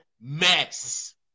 mess